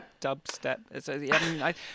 Dubstep